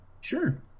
Sure